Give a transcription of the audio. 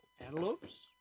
Antelopes